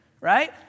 right